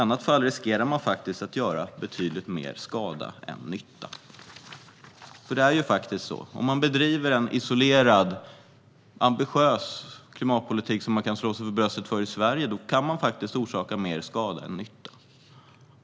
I annat fall riskerar man att göra betydligt mer skada än nytta. Det är ju så - om man bedriver en isolerad, ambitiös klimatpolitik, som man kan slå sig för bröstet för i Sverige, kan man faktiskt orsaka mer skada än nytta.